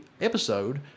episode